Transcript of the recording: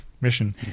mission